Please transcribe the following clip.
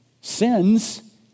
sins